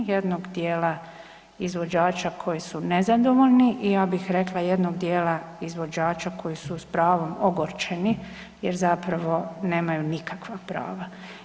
Jednog dijela izvođača koji su nezadovoljni i ja bih rekla jednog dijela izvođača koji su s pravom ogorčeni, jer zapravo nemaju nikakva prava.